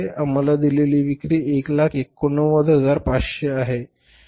आम्हाला दिलेली विक्री 189500 आहे